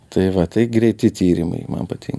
tai va tai greiti tyrimai man patinka